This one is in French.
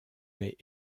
mais